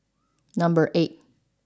number eight